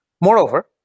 Moreover